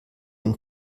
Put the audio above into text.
dem